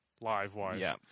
live-wise